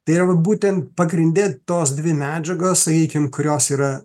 tai jeigu būtent pagrinde tos dvi medžiagos sakykim kurios yra